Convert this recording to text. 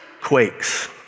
quakes